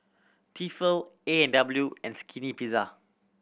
Tefal A and W and Skinny Pizza